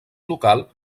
local